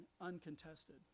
uncontested